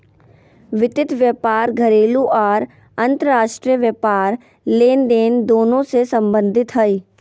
वित्त व्यापार घरेलू आर अंतर्राष्ट्रीय व्यापार लेनदेन दोनों से संबंधित हइ